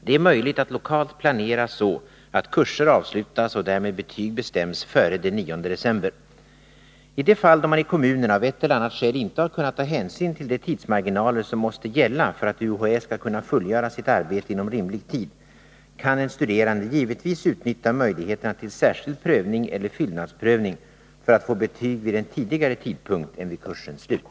Det är möjligt att lokalt planera så att kurser avslutas och därmed betyg bestäms före den 9 december. I det fall då man i kommunerna av ett eller annat skäl inte har kunnat ta hänsyn till de tidsmarginaler som måste gälla för att UHÄ skall kunna fullgöra sitt arbete inom rimlig tid kan en studerande givetvis utnyttja möjligheten till särskild prövning eller fyllnadsprövning för att få betyg vid en tidigare tidpunkt än vid kursens slut.